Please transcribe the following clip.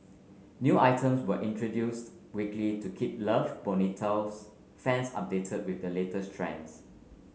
new items were introduced weekly to keep Love Bonito's fans updated with the latest trends